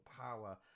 power